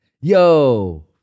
Yo